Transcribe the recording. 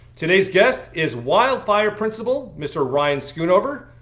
today's guest is wildfire principal, mr. ryan schoonover.